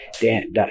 Dan